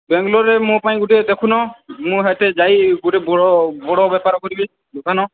ବାଙ୍ଗଲୋରରେ ମୋ ପାଇଁ ଗୋଟେ ଦେଖୁନ ମୁଁ ସେତେ ଯାଇ ଗୋଟେ ବଡ଼ ବଡ଼ ବେପାର କରିବି ଦୋକାନ